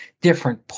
different